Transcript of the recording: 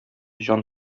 җан